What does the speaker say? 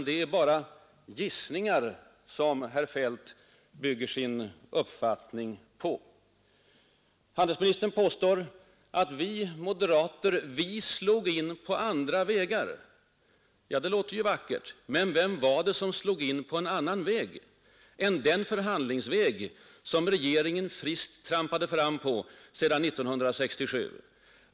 Det är bara gissningar som herr Feldt bygger sin uppfattning på. Handelsministern påstår att vi moderater ”slog in” på andra vägar. Men vem var det som slog in på en annan väg än den förhandlingsväg som regeringen friskt trampade fram på sedan 1967?